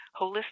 holistic